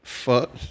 Fuck